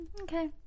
Okay